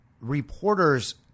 reporters